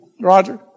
Roger